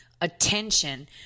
attention